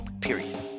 Period